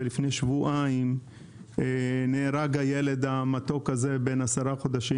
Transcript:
ולפני שבועיים נהרג הילד המתוק בן עשרה חודשים,